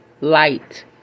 light